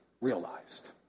realized